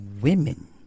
women